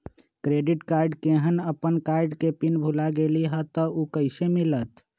Credit card केहन अपन card के पिन भुला गेलि ह त उ कईसे मिलत?